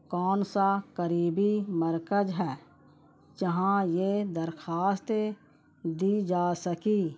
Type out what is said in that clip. کون سا قریبی مرکز ہے جہاں یہ درخواستیں دی جا سکی